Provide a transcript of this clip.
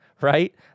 right